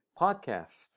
Podcast